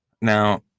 Now